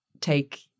take